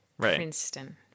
Princeton